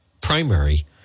primary